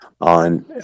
on